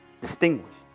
Distinguished